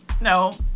No